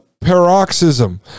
paroxysm